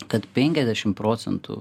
kad penkiasdešim procentų